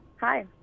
Hi